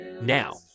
Now